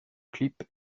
clip